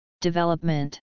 development